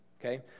Okay